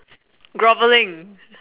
grovelling